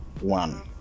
one